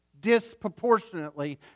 disproportionately